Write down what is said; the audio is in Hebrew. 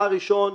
בא הראשון,